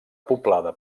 poblada